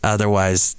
Otherwise